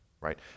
right